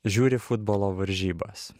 žiūri futbolo varžybas